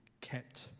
kept